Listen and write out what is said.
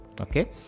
Okay